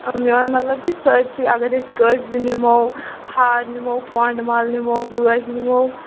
میون مطلب چھِ سٲرسٕے اگر أسۍ کٔرۍ زٕ نِمو ہار نِمو پونٛڈٕ مال نِمو وٲج نِمو